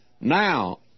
Now